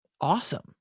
Awesome